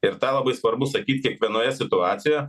ir tą labai svarbu sakyt kiekvienoje situacijoje